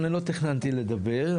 אני לא תכננתי לדבר,